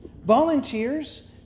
Volunteers